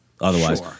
otherwise